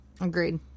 Agreed